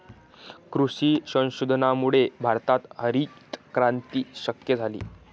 कृषी संशोधनामुळेच भारतात हरितक्रांती शक्य झाली